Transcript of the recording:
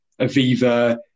Aviva